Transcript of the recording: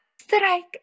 strike